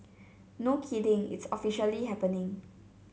no kidding it's officially happening